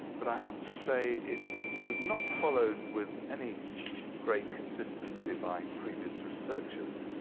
but i have to say, it was not followed with any great consistency by previous researchers.